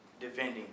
defending